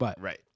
Right